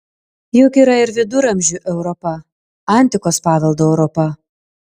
juk yra ir viduramžių europa antikos paveldo europa